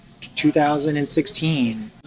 2016